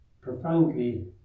profoundly